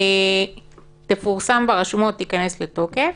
"תפורסם ברשומות ותיכנס לתוקף".